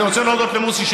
אני רוצה להודות למוסי,